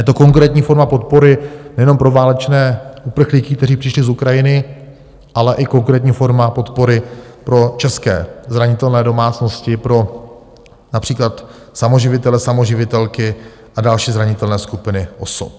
A je to konkrétní forma podpory nejenom pro válečné uprchlíky, kteří přišli z Ukrajiny, ale i konkrétní forma podpory pro české zranitelné domácnosti, pro například samoživitele, samoživitelky a další zranitelné skupiny osob.